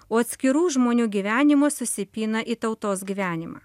o atskirų žmonių gyvenimas susipina į tautos gyvenimą